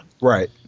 right